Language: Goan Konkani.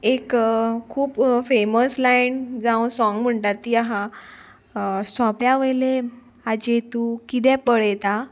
एक खूब फेमस लायड जावं सोंग म्हणटा ती आहा सोंप्या वयले हाजे तूं किदें पळयता